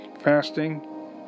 fasting